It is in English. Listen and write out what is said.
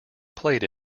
played